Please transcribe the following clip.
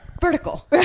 vertical